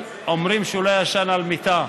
אומרים ששנים הוא לא היה ישן על מיטה,